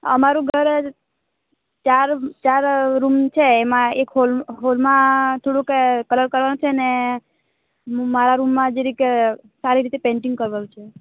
અમારું ઘર ચાર ચાર રૂમનું છે એમાં એક હૉલ હૉલમાં થોડુંક કલર કરવાનું છે અને મારા રૂમ જરીક સારી રીતે પેંટિંગ કરવાનું છે